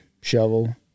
shovel